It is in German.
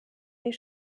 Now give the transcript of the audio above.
sie